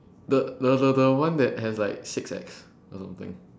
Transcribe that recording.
the the the one that has like six ex or something